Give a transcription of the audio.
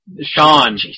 Sean